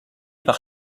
part